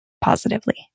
positively